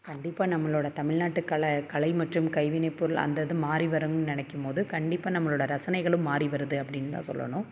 கண்டிப்பாக நம்மளோட தமிழ்நாட்டு கலை கலை மற்றும் கைவினை பொருள் அந்த இது மாறி வரும் நினைக்கும்மோது கண்டிப்பாக நம்மளோடய ரசனைகளும் மாறி வருது அப்படின் தான் சொல்லணும்